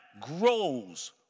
grows